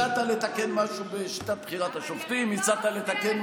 השאלה טובה, השאלה טובה,